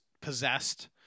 possessed